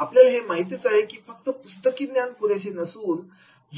आपल्याला हे माहीतच आहे की फक्त पुस्तकी ज्ञान पुरेसे नसून